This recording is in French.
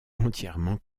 entièrement